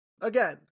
Again